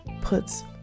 puts